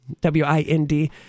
W-I-N-D